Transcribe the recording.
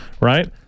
right